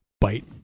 bite